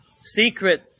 Secret